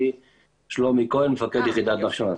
אני שלומי כהן, מפקד יחידת נחשון.